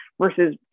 versus